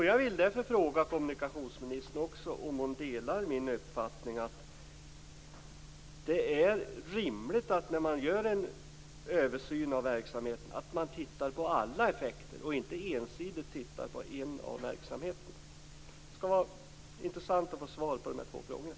Jag vill därför fråga kommunikationsministern om hon delar min uppfattning att det är rimligt, när man gör en översyn av verksamheten, att man tittar på alla effekter och inte ensidigt tittar på en av verksamheterna. Det skall bli intressant att få svar på de här två frågorna.